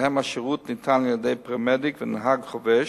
שבהם השירות ניתן על-ידי פרמדיק ונהג חובש,